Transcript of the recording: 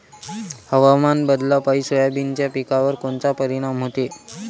हवामान बदलापायी सोयाबीनच्या पिकावर कोनचा परिणाम होते?